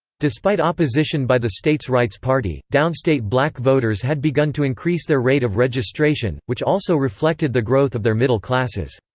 despite opposition by the states rights party, downstate black voters had begun to increase their rate of registration, which also reflected the growth of their middle classes.